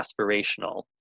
aspirational